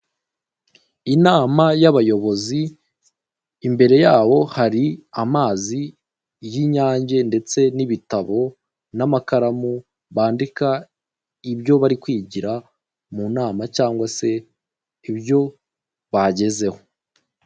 Inama y'abayobozi, imbere yabo hari amazi y'inyange, ndetse n'ibitabo n'amakaramu, bandika ibyo bari kwigira mu nama cyangwa se ibyo bagezeho.